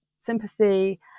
sympathy